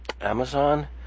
Amazon